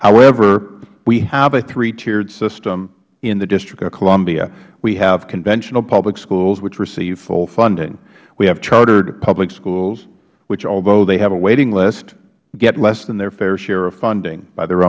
however we have a three tiered system in the district of columbia we have conventional public schools which receive full funding we have chartered public schools which although they have a waiting list get less than their fair share of funding by their